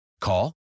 Call